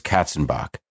Katzenbach